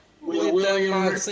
William